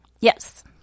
Yes